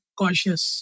cautious